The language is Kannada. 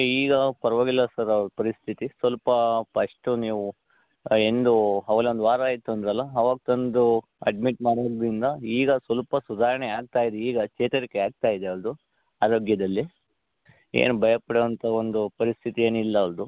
ಈಗ ಪರವಾಗಿಲ್ಲ ಸರ್ ಅವರ ಪರಿಸ್ಥಿತಿ ಸ್ವಲ್ಪ ಪಸ್ಟು ನೀವು ಎಂದು ಒಂದು ವಾರ ಆಯಿತಂದ್ರೆ ಅಲ್ಲ ಅವಾಗ ತಂದು ಅಡ್ಮಿಟ್ ಮಾಡಿದ್ದರಿಂದ ಈಗ ಸ್ವಲ್ಪ ಸುಧಾರಣೆ ಆಗ್ತಾಯಿದೆ ಚೇತರಿಕೆ ಆಗ್ತಾಯಿದೆ ಅವರದ್ದು ಆರೋಗ್ಯದಲ್ಲಿ ಏನು ಭಯ ಪಡೋಂತ ಒಂದು ಪರಿಸ್ಥಿತಿ ಏನಿಲ್ಲ ಅವರದ್ದು